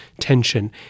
tension